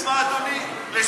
מה, לשקר לדוגמה, אדוני?